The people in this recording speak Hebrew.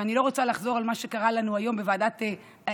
ואני לא רוצה לחזור על מה שקרה לנו היום בוועדת הכנסת,